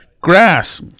Grass